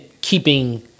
keeping